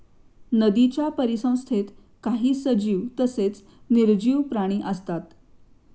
नदीच्या परिसंस्थेत काही सजीव तसेच निर्जीव प्राणी असतात